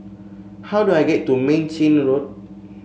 how do I get to Mei Chin Road